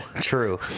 True